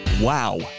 Wow